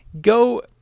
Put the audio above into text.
go